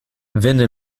venne